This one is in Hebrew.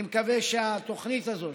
אני מקווה שהתוכנית הזאת,